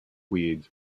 weeds